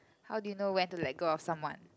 how do you know when to let go of someone